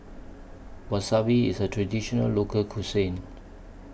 Wasabi IS A Traditional Local Cuisine